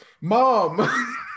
Mom